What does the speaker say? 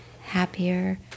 happier